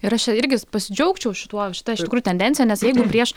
ir aš čia irgi pasidžiaugčiau šituo šita iš tikrųjų tendencija nes jeigu prieš